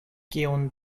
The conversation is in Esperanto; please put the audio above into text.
kion